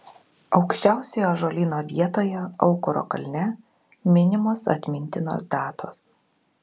aukščiausioje ąžuolyno vietoje aukuro kalne minimos atmintinos datos